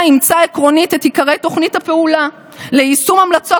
הכנת תוכניות הפעולה נבנו צוותים שדנו בנושאים השונים וגיבשו המלצות